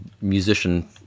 musician